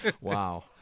Wow